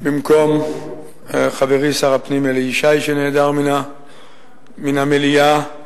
במקום חברי שר הפנים אלי ישי, שנעדר מן המליאה.